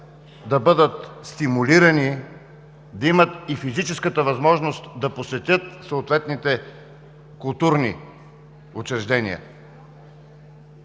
да бъдат стимулирани, да имат и физическата възможност да посетят съответните културни учреждения.